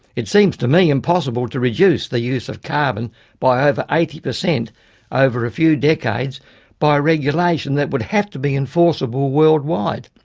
it seems to me impossible to reduce the use of carbon by over eighty percent over a few decades by regulation that would have to be enforceable worldwide.